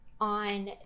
on